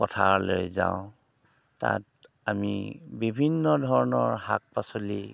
পথাৰলৈ যাওঁ তাত আমি বিভিন্ন ধৰণৰ শাক পাচলি